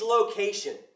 location